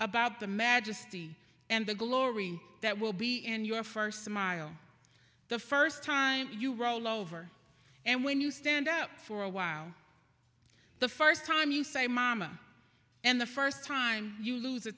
majesty and the glory that will be in your first smile the first time you roll over and when you stand up for a while the first time you say mama and the first time you lose a